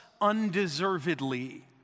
undeservedly